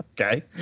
Okay